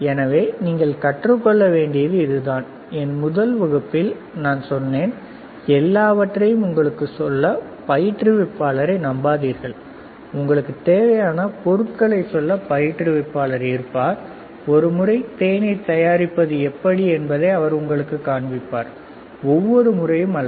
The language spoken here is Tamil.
எனவே நீங்கள் கற்றுக் கொள்ள வேண்டியது இதுதான் என் முதல் வகுப்பில் நான் சொன்னேன் எல்லாவற்றையும் உங்களுக்குச் சொல்ல பயிற்றுவிப்பாளரை நம்பாதீர்கள் உங்களுக்கு தேவையான பொருட்களைச் சொல்ல பயிற்றுவிப்பாளர் இருக்கிறார் ஒரு முறை தேநீர் தயாரிப்பது எப்படி என்பதை அவர் உங்களுக்குக் காண்பிப்பார் ஒவ்வொரு முறையும் அல்ல